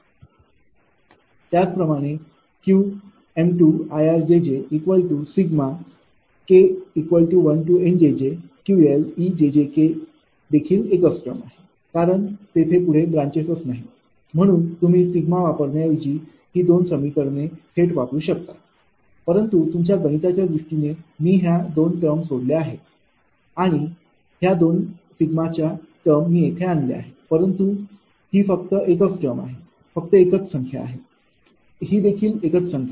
त्याचप्रमाणे Qm2 IR ∑Nk1 QL𝑒jjk देखील एकच टर्म आहे कारण तेथे पुढे ब्रांचेस नाहीत म्हणूनच तुम्ही सिग्मा वापरण्या ऐवजी ही दोन समीकरणे थेट वापरू शकता परंतु तुमच्या गणिताच्या दृष्टीने मी ह्या दोन टर्म सोडल्या आहेत आहे आणि ह्या दोन सिग्माच्या टर्म मी येथे आणल्या आहेत परंतु ही फक्त एकच टर्म आहे फक्त एकच संख्या आहे ही देखील एकच संख्या आहे